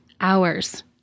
hours